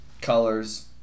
colors